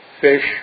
fish